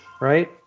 Right